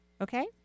Okay